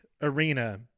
arena